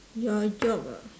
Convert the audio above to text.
your job ah